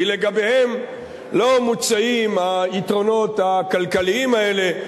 כי לגביהם לא מוצעים היתרונות הכלכליים האלה.